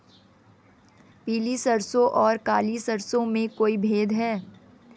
पीली सरसों और काली सरसों में कोई भेद है?